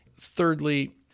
Thirdly